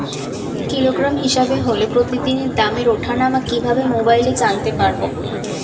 Kilogram হিসাবে হলে প্রতিদিনের দামের ওঠানামা কিভাবে মোবাইলে জানতে পারবো?